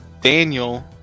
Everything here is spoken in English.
Daniel